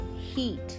heat